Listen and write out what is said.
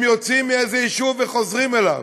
הם יוצאים מאיזה יישוב וחוזרים אליו.